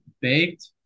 baked